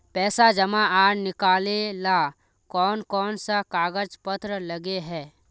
पैसा जमा आर निकाले ला कोन कोन सा कागज पत्र लगे है?